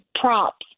props